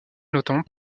notamment